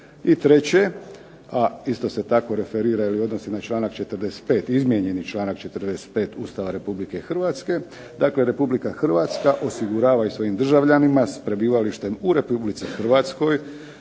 treće, a isto se tako referira i odnosi na članak 45. izmijenjeni članak 45. Ustava Republike Hrvatske dakle RH osigurava svojim državljanima s prebivalištem u RH koji